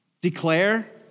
Declare